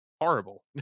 horrible